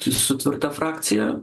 su su tvirta frakcija